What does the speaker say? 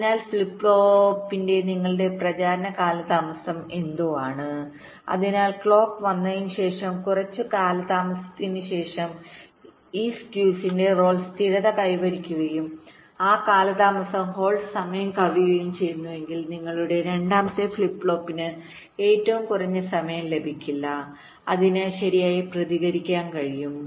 അതിനാൽ ഫ്ലിപ്പ് ഫ്ലോപ്പിന്റെ നിങ്ങളുടെ പ്രചാരണ കാലതാമസം എന്തോ ആണ് അതിനാൽ ക്ലോക്ക് വന്നതിനുശേഷം കുറച്ച് കാലതാമസത്തിന് ശേഷം ഈ സ്കീസിന്റെ റോൾ സ്ഥിരത കൈവരിക്കുകയും ആ കാലതാമസം ഹോൾഡ് സമയം കവിയുകയും ചെയ്യുന്നുവെങ്കിൽ നിങ്ങളുടെ രണ്ടാമത്തെ ഫ്ലിപ്പ് ഫ്ലോപ്പിന് ഏറ്റവും കുറഞ്ഞ സമയം ലഭിക്കില്ല അതിന് ശരിയായി പ്രതികരിക്കാൻ കഴിയും